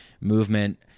movement –